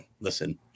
listen